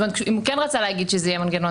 אם הוא כן רצה להגיד שזה יהיה מנגנון